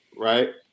right